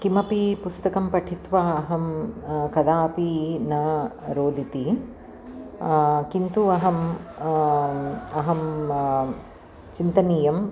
किमपि पुस्तकं पठित्वा अहं कदापि न रोदिति किन्तु अहं अहं चिन्तनीयम्